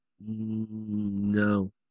No